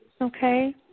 Okay